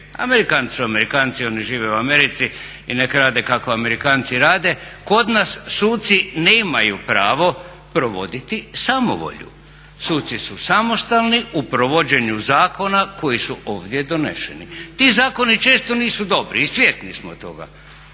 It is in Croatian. Amerikanci su Amerikanci, oni žive u Americi i nek rade kako Amerikanci rade, kod nas suci nemaju pravo provoditi samovolju. Suci su samostalni u provođenju zakona koji su ovdje doneseni. Ti zakoni često nisu dobro i svjesni smo toga.